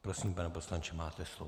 Prosím, pane poslanče, máte slovo.